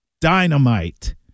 Dynamite